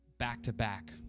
back-to-back